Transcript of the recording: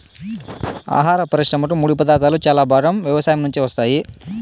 ఆహార పరిశ్రమకు ముడిపదార్థాలు చాలా భాగం వ్యవసాయం నుంచే వస్తాయి